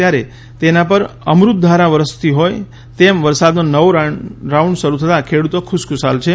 ત્યારે તેના પર અમૃતધારા વરસતી હોય તેમ તે રીતે વરસાદનો નવો રાઉન્ઠ શરૂ થતા ખેડૂતો ખુશખુશાલ છે